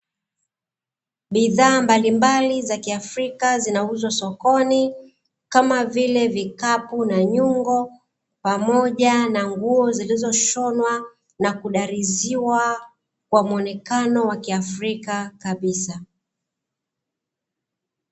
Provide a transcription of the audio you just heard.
Bidhaa mbalimbali za kiafrica zinauzwa sokoni kama vile vikapu na nyungo pamoja na nguo zilizoshonwa, na udariziwa kwa muonekano wa kiafrica kabisa.